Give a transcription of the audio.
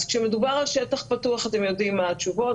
אז כשמדובר על שטח פתוח אתם יודעים מה התשובות,